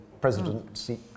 presidency